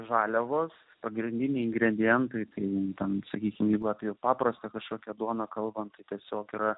žaliavos pagrindiniai ingredientai tarytum sakysime jeigu apie paprastą kažkokią duoną kalbant tai tiesiog yra